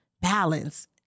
balance